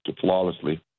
flawlessly